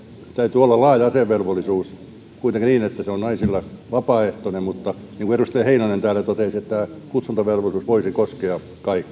olla laaja asevelvollisuus kuitenkin niin että se on naisille vapaaehtoinen mutta niin kuin edustaja heinonen täällä totesi kutsuntavelvollisuus voisi koskea kaikkia